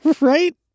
Right